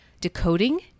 decoding